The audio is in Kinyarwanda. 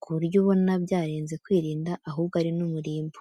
ku buryo ubona byarenze kwirinda ahubwo ari n'umurimbo.